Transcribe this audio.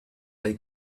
they